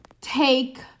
take